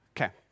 Okay